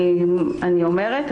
אני אומרת,